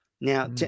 Now